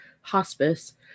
hospice